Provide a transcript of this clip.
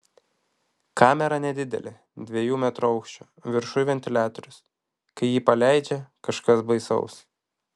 kamera nedidelė dviejų metrų aukščio viršuj ventiliatorius kai jį paleidžia kažkas baisaus